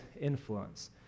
influence